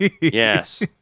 Yes